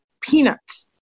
peanuts